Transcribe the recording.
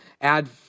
add